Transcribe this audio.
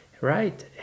right